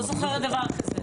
אני לא זוכרת דבר כזה.